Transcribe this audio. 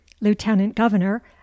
lieutenant-governor